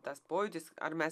tas pojūtis ar mes